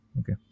Okay